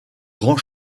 grand